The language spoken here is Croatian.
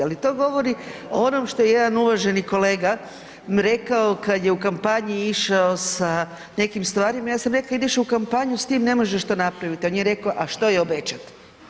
Ali to govori o onom što je jedan uvaženi kolega rekao kad je u kampanji išao sa nekim stvarima ja sam rekla ideš u kampanju, s tim ne možeš to napravit, on je reko, a što je obećat.